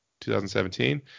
2017